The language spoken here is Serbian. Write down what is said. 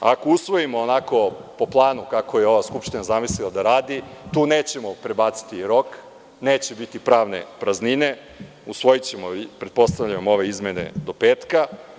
Ako usvojimo po planu kako je ova Skupština zamislila da radi, tu nećemo prebaciti rok, neće biti pravne praznine, usvojićemo ove izmene do petka.